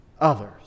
others